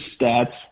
stats